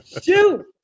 Shoot